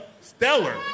stellar